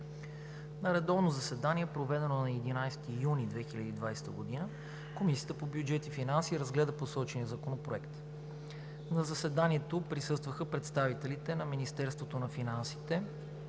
На редовно заседание, проведено на 11 юни 2020 г., Комисията по бюджет и финанси разгледа посочения законопроект. На заседанието присъстваха представителите на Министерството на финансите: